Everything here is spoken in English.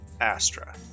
Astra